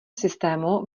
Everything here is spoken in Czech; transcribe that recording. systému